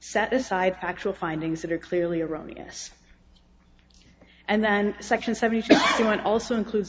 set aside factual findings that are clearly erroneous and then section seventy two and also includes a